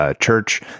church